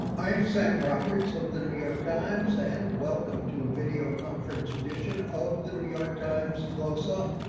i am sam roberts of the new york times, and welcome to a video conference edition of the new york times close up.